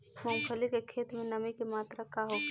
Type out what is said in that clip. मूँगफली के खेत में नमी के मात्रा का होखे?